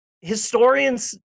historians